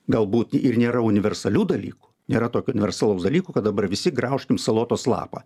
galbūt i ir nėra universalių dalykų nėra tokio universalaus dalyko kad dabar visi graužtum salotos lapą